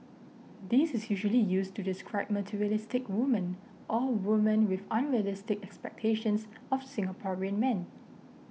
this is usually used to describe materialistic women or women with unrealistic expectations of Singaporean men